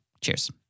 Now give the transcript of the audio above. Cheers